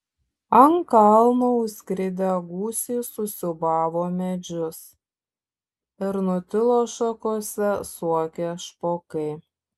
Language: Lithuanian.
ant kalno užskridę gūsiai susiūbavo medžius ir nutilo šakose suokę špokai